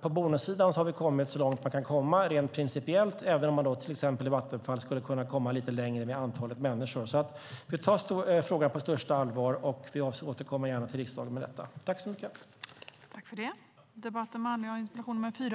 På bonussidan har vi kommit så långt som man kan komma rent principiellt, även om man i till exempel Vattenfall skulle kunna komma lite längre med antalet människor. Vi tar frågan på största allvar, och vi återkommer gärna till riksdagen med detta.